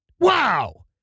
Wow